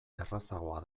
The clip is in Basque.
errazagoa